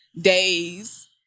days